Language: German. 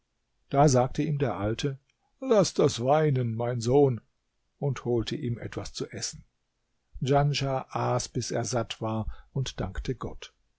da sagte ihm der alte laß das weinen mein sohn und holte ihm etwas zu essen djanschah aß bis er satt war und dankte gott